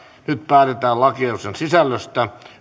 nyt päätetään lakiehdotuksen sisällöstä